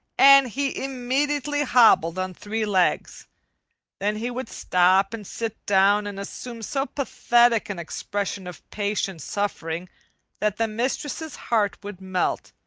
and he immediately hobbled on three legs then he would stop and sit down and assume so pathetic an expression of patient suffering that the mistress's heart would melt,